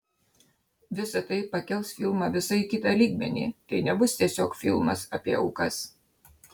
visa tai pakels filmą visai į kitą lygmenį tai nebus tiesiog filmas apie aukas